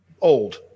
old